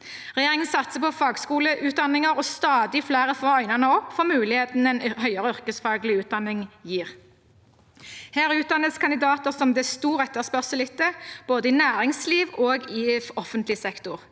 Regjeringen satser på fagskoleutdanninger, og stadig flere får øynene opp for muligheten en høyere yrkesfaglig utdanning gir. Her utdannes kandidater som det er stor etterspørsel etter, både i næringsliv og i offentlig sektor.